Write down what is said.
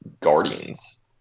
Guardians